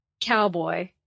cowboy